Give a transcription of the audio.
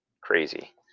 crazy